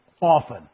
often